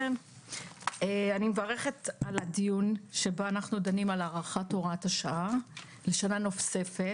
אני מברכת על הדיון על הארכת הוראת השעה לשנה נוספת.